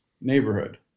neighborhood